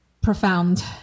profound